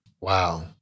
Wow